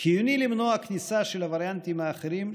חיוני למנוע כניסה של הווריאנטים האחרים,